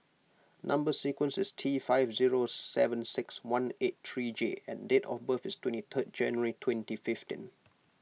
Number Sequence is T five zero seven six one eight three J and date of birth is twenty third January twenty fifteen